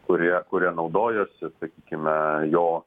kurie kurie naudojosi sakykime jo